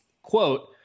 quote